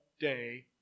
day